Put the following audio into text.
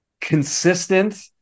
consistent